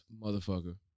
motherfucker